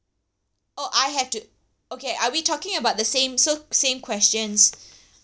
oh I have to okay are we talking about the same so same questions